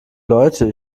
leute